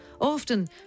Often